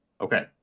okay